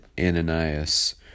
Ananias